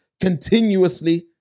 continuously